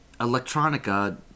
electronica